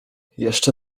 jeszcze